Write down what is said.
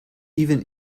even